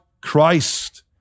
Christ